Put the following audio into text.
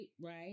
right